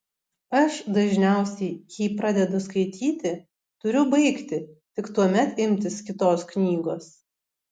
aš dažniausiai jei pradedu skaityti turiu baigti tik tuomet imtis kitos knygos